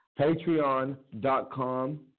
patreon.com